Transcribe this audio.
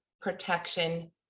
protection